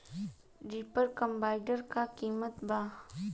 Reaper combiner का किमत बा?